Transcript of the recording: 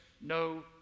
no